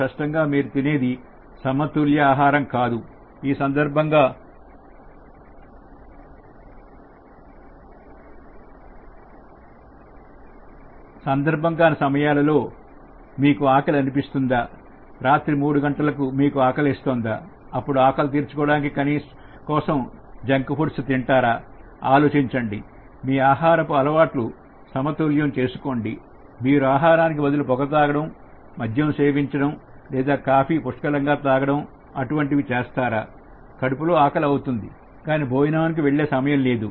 అలాగైతే స్పష్టంగా మీరు తినేది సమతుల్య ఆహారం కాదు ఈ సందర్భం కానీ సమయాలలో మీకు ఆకలి అనిపిస్తుందా రాత్రి మూడు గంటలకు మీకు ఆకలేస్తోందా అప్పుడు ఆకలి తీర్చుకోవడం కోసం జంక్ ఫుడ్ తింటారు ఆలోచించండి మీ ఆహారపు అలవాట్లను సమతుల్యం చేసుకోండి మీరు ఆహారానికి బదులు పొగ తాగడం మద్యం సేవించడం లేదా కాఫీ పుష్కలంగా తాగడం వంటివి చేస్తారా కడుపులో ఆకలి అవుతుంది కానీ భోజనమునకు వెళ్ళే సమయం లేదు